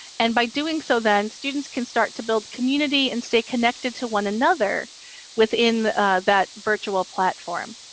and by doing so, then students can start to build community and stay connected to one another within that virtual platform.